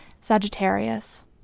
Sagittarius